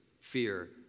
fear